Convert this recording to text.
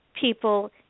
people